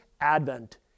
Advent